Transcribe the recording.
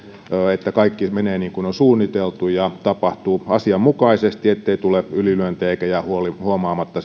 että kaikki menee niin kuin on suunniteltu ja tapahtuu asianmukaisesti ettei tule ylilyöntejä eikä sitten jää huomaamatta